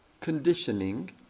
conditioning